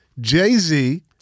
Jay-Z